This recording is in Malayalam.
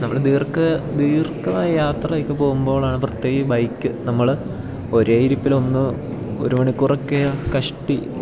നമ്മള് ദീർഘ ദീർഘയാത്രയൊക്കെ പോകുമ്പോളാണ് പ്രത്യേക ബൈക്ക് നമ്മള് ഒരേ ഇരിപ്പിലൊന്ന് ഒരു മണിക്കൂറൊക്കെ കഷ്ടി